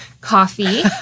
coffee